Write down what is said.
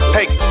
Take